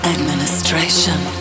Administration